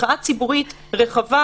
מחאה ציבורית רחבה,